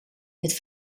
het